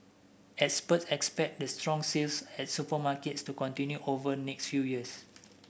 experts expect the strong sales at supermarkets to continue over next few years